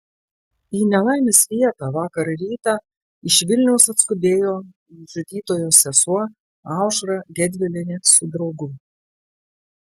į nelaimės vietą vakar rytą iš vilniaus atskubėjo nužudytojo sesuo aušra gedvilienė su draugu